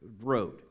road